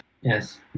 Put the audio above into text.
Yes